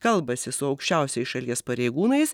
kalbasi su aukščiausiais šalies pareigūnais